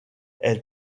elle